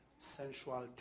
sensual